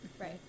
Right